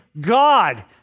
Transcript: God